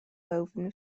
woven